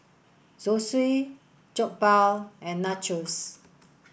Zosui Jokbal and Nachos